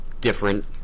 different